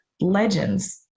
legends